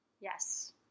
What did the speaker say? Yes